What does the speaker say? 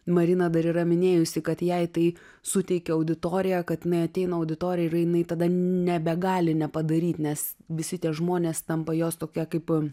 marina dar yra minėjusi kad jai tai suteikia auditorija kad jinai ateina į auditoriją ir jinai tada nebegali nepadaryt nes visi tie žmonės tampa jos tokie kaip